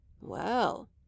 Well